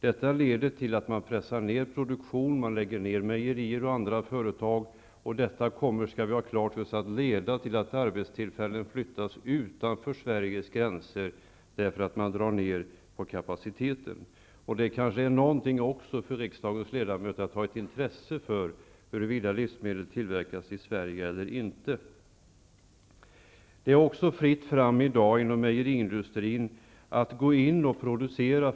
Detta leder till att man pressar ned produktionenen och lägger ned mejerier och andra företag. Detta kommer -- det skall vi ha klart för oss -- att leda till att arbetstillfällen flyttas utanför Sveriges gränser, eftersom man drar ned på kapaciteten. Huruvida livsmedel tillverkas i Sverige eller inte är kanske också någonting som riksdagens ledamöter borde intressera sig för. Det är i dag inom mejeriindustrin också fritt fram för små företag att gå in och producera.